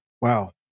Wow